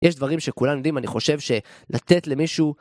יש דברים שכולם יודעים, אני חושב שלתת למישהו...